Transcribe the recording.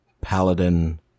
paladin